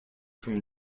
from